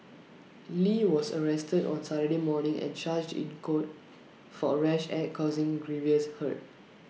lee was arrested on Saturday morning and charged in court for A rash act causing grievous hurt